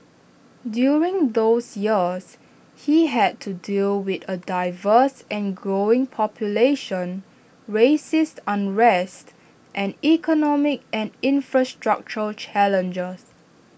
during those years he had to deal with A diverse and growing population races unrest and economic and infrastructural challenges